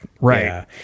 right